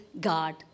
God